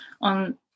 on